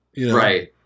Right